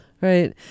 Right